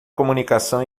comunicação